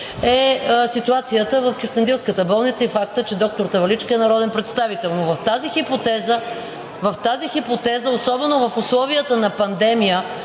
е ситуацията в кюстендилската болница и фактът, че доктор Таваличка е народен представител, но в тази хипотеза – особено в условията на пандемия,